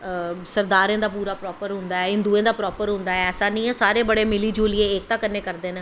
सरदारें दा पूरा प्रापर होंदा ऐ हिन्दुएं दा प्रापर होंदा ऐ इयां नी ऐ सारे इयां बड़े एकदा कन्नैं मिली जुलियै करदे न